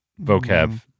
vocab